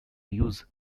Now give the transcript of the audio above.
use